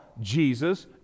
Jesus